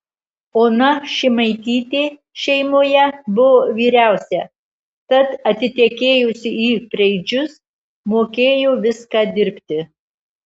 ona šimaitytė šeimoje buvo vyriausia tad atitekėjusi į preidžius mokėjo viską dirbti